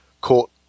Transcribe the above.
court